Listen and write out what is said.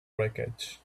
wreckage